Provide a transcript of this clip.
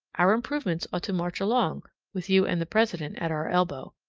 our improvements ought to march along, with you and the president at our elbow.